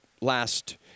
last